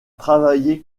travaillé